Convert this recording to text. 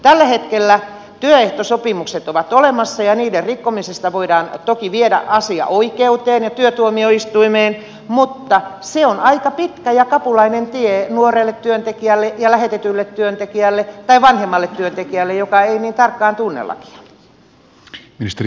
tällä hetkellä työehtosopimukset ovat olemassa ja niiden rikkomisesta voidaan toki viedä asia oikeuteen ja työtuomioistuimeen mutta se on aika pitkä ja kapulainen tie nuorelle työntekijälle ja lähetetylle työntekijälle tai vanhemmalle työntekijälle joka ei niin tarkkaan tunne lakia